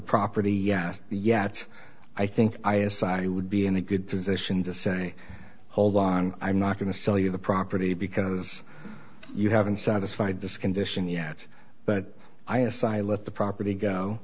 property yet yet i think i assign i would be in a good position to say hold on i'm not going to sell you the property because you haven't satisfied this condition yet but i aside let the property go